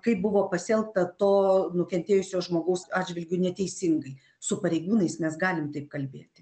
kaip buvo pasielgta to nukentėjusio žmogaus atžvilgiu neteisingai su pareigūnais nes galim taip kalbėti